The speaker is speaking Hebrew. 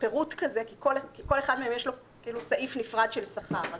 כי לכל אחד מהם יש סעיף נפרד של שכר.